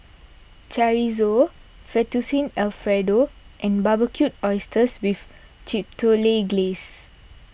Chorizo Fettuccine Alfredo and Barbecued Oysters with Chipotle Glaze